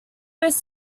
was